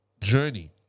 journey